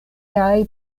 kaj